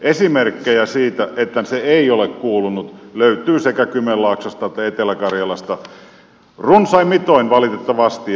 esimerkkejä siitä että se ei ole kuulunut löytyy sekä kymenlaaksosta että etelä karjalasta runsain mitoin valitettavasti